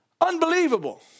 unbelievable